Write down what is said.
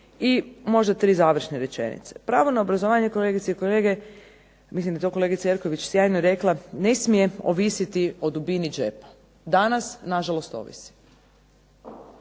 I možda tri završne rečenice. Pravo na obrazovanje kolegice i kolege mislim da je to kolegica Jerković sjajno rekla ne smije ovisiti o dubini džepa. Danas nažalost ovisi.